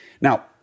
Now